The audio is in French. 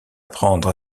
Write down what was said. prendre